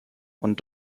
und